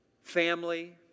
family